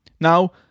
Now